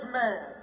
man